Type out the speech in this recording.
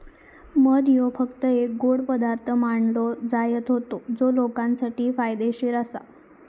मध ह्यो फक्त एक गोड पदार्थ मानलो जायत होतो जो लोकांसाठी फायदेशीर आसा